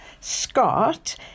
scott